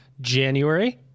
January